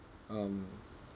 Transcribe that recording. um